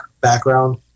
background